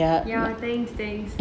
ya thanks thanks